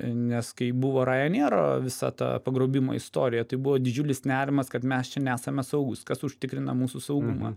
nes kai buvo rajanėro visa ta pagrobimo istorija tai buvo didžiulis nerimas kad mes čia nesame saugūs kas užtikrina mūsų saugumą